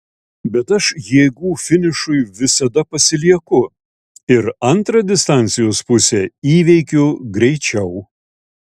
bet aš jėgų finišui visada pasilieku ir antrą distancijos pusę įveikiu greičiau